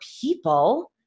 people